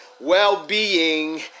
Well-being